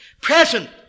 present